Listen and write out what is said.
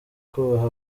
kubaha